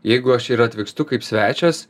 jeigu aš ir atvykstu kaip svečias